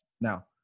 now